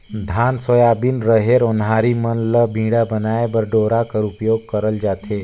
धान, सोयाबीन, रहेर, ओन्हारी मन ल बीड़ा बनाए बर डोरा कर उपियोग करल जाथे